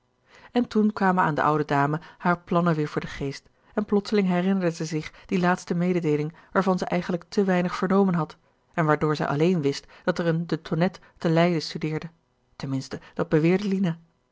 en toen kwamen aan de oude dame hare plannen weer voor den geest en plotseling herinnerde zij zich die laatste mededeeling waarvan zij eigenlijk te weinig vernomen had en waardoor zij alleen wist dat er een de tonnette te leiden studeerde ten minste dat beweerde